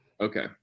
Okay